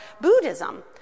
Buddhism